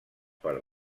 per